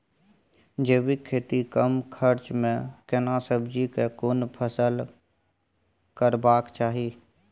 जैविक खेती कम खर्च में केना सब्जी के कोन फसल करबाक चाही?